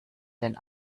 den